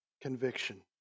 conviction